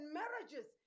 marriages